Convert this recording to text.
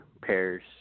pairs